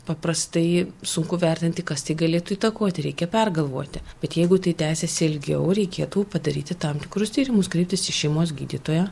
paprastai sunku vertinti kas tai galėtų įtakoti reikia pergalvoti bet jeigu tai tęsiasi ilgiau reikėtų padaryti tam tikrus tyrimus kreiptis į šeimos gydytoją